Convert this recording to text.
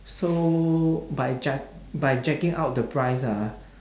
so by jack~ by jacking up the price ah